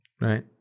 right